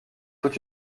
tout